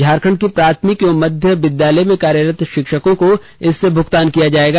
झारखंड के प्राथमिक एवं मध्य विद्यालय में कार्यरत शिक्षकों को इससे भुगतान होगा